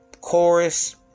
chorus